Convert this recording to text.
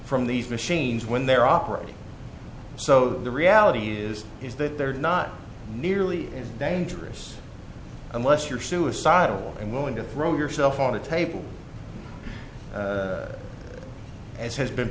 from these machines when they're operating so the reality is is that they're not nearly as dangerous unless you're suicidal and willing to throw yourself on the table as has been